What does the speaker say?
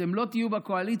אתם לא תהיו בקואליציה,